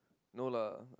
no lah